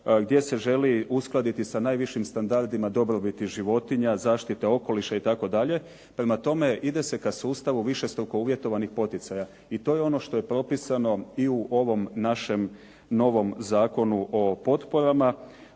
gdje se želi uskladiti sa najvišim standardima dobrobiti životinja, zaštite okoliša itd., prema tome ide se ka sustavu višestruko uvjetovanih poticaja. I to je ono što je propisano i u ovom našem novom Zakonu o potporama.